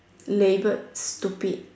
labelled stupid